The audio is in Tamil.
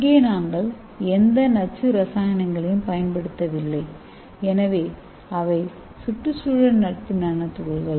இங்கே நாங்கள் எந்த நச்சு இரசாயனங்களையும் பயன்படுத்தவில்லை எனவே அவை சுற்றுசூழல் நட்பு நானோதுகள்கள்